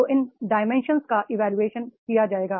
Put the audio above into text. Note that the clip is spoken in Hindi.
तो उन डाइमेंशन का इवोल्यूशन किया जाएगा